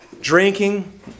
drinking